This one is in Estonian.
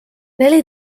neli